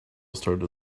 started